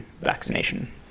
vaccination